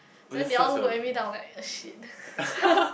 then they all looked at me then I was like shit